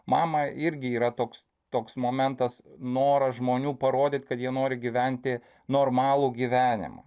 mama irgi yra toks toks momentas noras žmonių parodyt kad jie nori gyventi normalų gyvenimą